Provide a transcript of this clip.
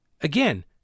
Again